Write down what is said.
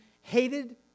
hated